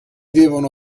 devono